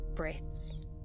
breaths